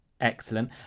excellent